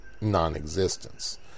non-existence